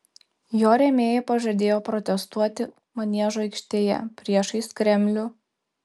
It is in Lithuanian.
jo rėmėjai pažadėjo protestuoti maniežo aikštėje priešais kremlių